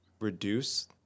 reduce